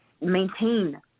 maintain